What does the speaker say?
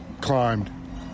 climbed